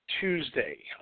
Tuesday